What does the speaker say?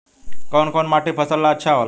कौन कौनमाटी फसल ला अच्छा होला?